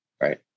right